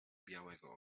białego